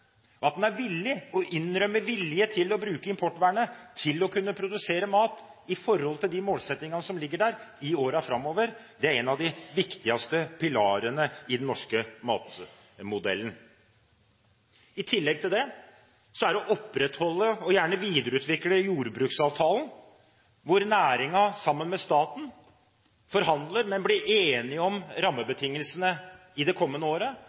at en er villig – innrømmer villighet – til å bruke importvernet i årene framover for å kunne produsere mat i henhold til de målsettingene som ligger der. Det er en av de viktigste pilarene i den norske matmodellen. I tillegg er det å opprettholde og gjerne videreutvikle jordbruksavtalen, hvor næringen sammen med staten forhandler og blir enige om rammebetingelsene i det kommende året,